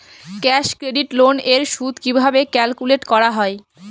Cash credit loan এর সুদ কিভাবে ক্যালকুলেট করা হয়?